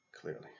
clearly